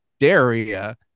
daria